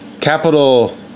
Capital